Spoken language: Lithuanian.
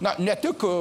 na ne tik